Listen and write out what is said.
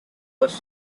was